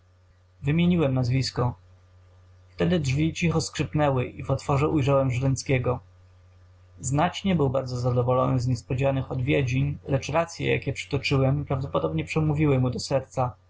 wymieniłem nazwisko wtedy drzwi cicho skrzypnęły i w otworze ujrzałem żręckiego znać nie był bardzo zadowolony z niespodzianych odwiedzin lecz racye jakie przytoczyłem prawdopodobnie przemówiły mu do serca